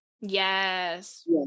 Yes